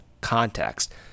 context